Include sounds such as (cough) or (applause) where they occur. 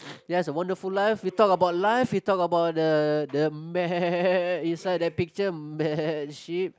(noise) ya it's a wonderful life we talk about life we talk about the the (noise) inside the picture (noise) sheep